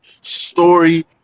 story